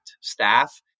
staff